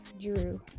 Drew